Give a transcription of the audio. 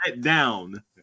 down